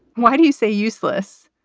why do you say useless?